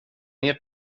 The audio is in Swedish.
ert